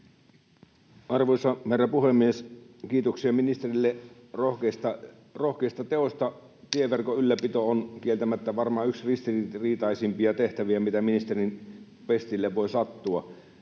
Arvoisa herra puhemies! Kiitoksia ministerille rohkeista teoista. Tieverkon ylläpito on kieltämättä varmaan yksi ristiriitaisimpia tehtäviä, mitä ministerin pestille voi sattua.